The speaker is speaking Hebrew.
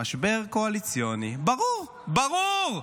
משבר קואליציוני, ברור, ברור,